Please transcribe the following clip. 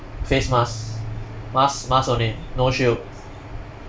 face mask mask mask only no shield